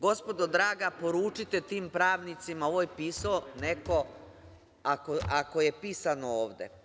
Gospodo draga, poručite tim pravnicima, ovo je pisao neko, ako je pisano ovde.